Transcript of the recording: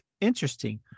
interesting